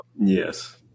Yes